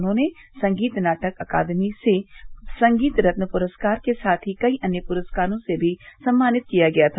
उन्हें संगीत नाटक अकादमी से संगीत रत्न पुरस्कार के साथ ही कई अन्य पुरस्कारों से भी सम्मानित किया गया था